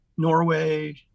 Norway